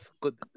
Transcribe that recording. good